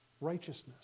righteousness